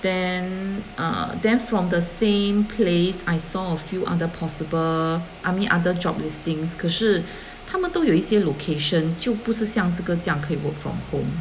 then err then from the same place I saw a few other possible I mean other job listings 可是他们都有一些 location 就不是像这个这样可以 work from home